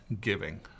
giving